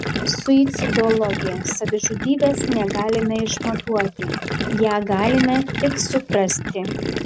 suicidologė savižudybės negalime išmatuoti ją galime tik suprasti